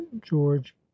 george